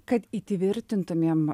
kad įtvirtintumėm